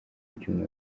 ibyuma